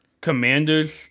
Commanders